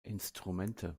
instrumente